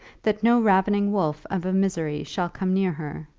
that no ravening wolf of a misery shall come near her,